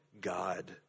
God